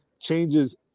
changes